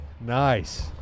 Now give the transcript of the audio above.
Nice